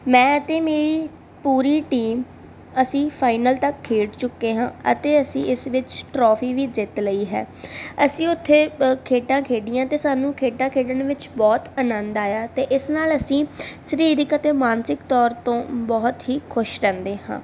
ਮੈਂ ਅਤੇ ਮੇਰੀ ਪੂਰੀ ਟੀਮ ਅਸੀਂ ਫਾਈਨਲ ਤੱਕ ਖੇਡ ਚੁੱਕੇ ਹਾਂ ਅਤੇ ਅਸੀਂ ਇਸ ਵਿੱਚ ਟਰੋਫੀ ਵੀ ਜਿੱਤ ਲਈ ਹੈ ਅਸੀਂ ਉੱਥੇ ਅ ਖੇਡਾਂ ਖੇਡੀਆਂ ਅਤੇ ਸਾਨੂੰ ਖੇਡਾਂ ਖੇਡਣ ਵਿੱਚ ਬਹੁਤ ਆਨੰਦ ਆਇਆ ਅਤੇ ਇਸ ਨਾਲ ਅਸੀਂ ਸਰੀਰਕ ਅਤੇ ਮਾਨਸਿਕ ਤੌਰ ਤੋਂ ਬਹੁਤ ਹੀ ਖੁਸ਼ ਰਹਿੰਦੇ ਹਾਂ